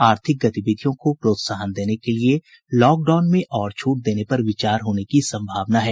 आर्थिक गतिविधियों को प्रोत्साहन देने के लिए लॉकडाउन में और छूट देने पर विचार होने की संभावना है